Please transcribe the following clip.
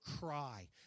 cry